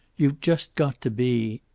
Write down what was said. you've just got to be.